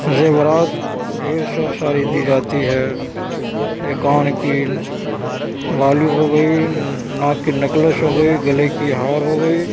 زیورات ڈھیر سا ساری دی جاتی ہے یہ کان کی بالی ہو گئی ناک کی نیکلس ہو گئی گلے کی ہار ہو گئی